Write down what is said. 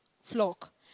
flock